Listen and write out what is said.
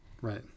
Right